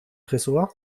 tresor